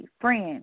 friends